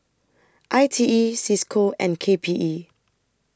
I T E CISCO and K P E